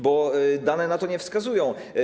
Bo dane na to nie wskazują.